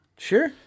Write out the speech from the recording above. sure